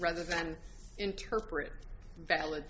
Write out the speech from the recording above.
rather than interpret valid